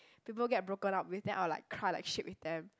people get broken up with then I will like cry like shit with them